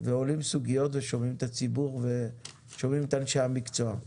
ועולות סוגיות ושומעים את הציבור ואת אנשי המקצוע.